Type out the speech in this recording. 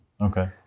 Okay